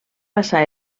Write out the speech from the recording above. passar